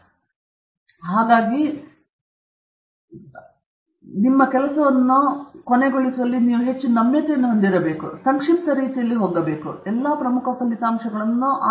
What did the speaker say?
ಅಂತ್ಯದಲ್ಲಿ ಅದು ವಿಭಿನ್ನವಾಗಿದೆ ಓದುಗನು ನಿಜವಾಗಿಯೂ ನಿಮ್ಮ ಕಾಗದದ ಮೂಲಕ ಓದುತ್ತಿದ್ದಾನೆ ಎಂದು ನೀವು ಊಹಿಸಬಹುದು ನಿಮ್ಮ ಕೆಲಸವನ್ನು ಕೊನೆಗೊಳ್ಳುವಲ್ಲಿ ನೀವು ಹೆಚ್ಚು ನಮ್ಯತೆಯನ್ನು ಹೊಂದಿದ್ದೀರಿ ಇನ್ನೂ ನೀವು ಸಂಕ್ಷಿಪ್ತ ರೀತಿಯಲ್ಲಿ ಹೋಗುತ್ತಿರುವಿರಿ ಎಲ್ಲಾ ಪ್ರಮುಖ ಫಲಿತಾಂಶಗಳನ್ನು ಉಲ್ಲೇಖಿಸಿ